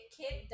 kid